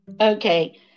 Okay